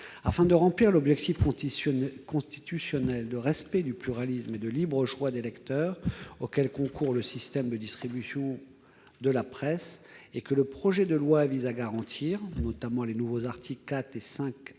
Afin de remplir l'objectif constitutionnel de respect du pluralisme et de libre choix des lecteurs, auquel concourt le système de distribution de la presse et que le projet de loi vise à garantir- il s'agit des nouveaux articles 4 et 5-1